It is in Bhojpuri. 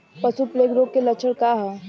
पशु प्लेग रोग के लक्षण का ह?